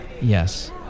Yes